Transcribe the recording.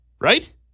Right